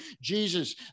Jesus